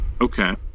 Okay